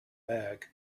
bag